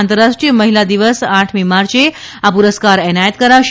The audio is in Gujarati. આંતરરાષ્ટ્રીય મહિલા દિવસ આઠમી માર્ચે આ પુરસ્કાર એનાયત કરાશે